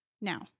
Now